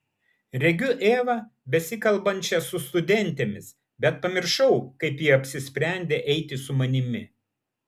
regiu evą besikalbančią su studentėmis bet pamiršau kaip ji apsisprendė eiti su manimi